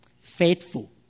faithful